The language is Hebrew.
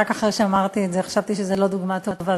רק אחרי שאמרתי את זה, חשבתי שזאת לא דוגמה טובה.